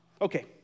Okay